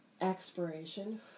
expiration